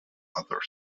other